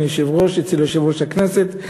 אצל יושב-ראש הכנסת,